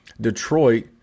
Detroit